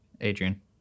Adrian